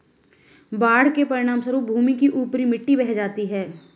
बाढ़ के परिणामस्वरूप भूमि की ऊपरी मिट्टी बह जाती है